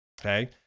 Okay